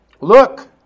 Look